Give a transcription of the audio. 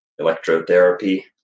electrotherapy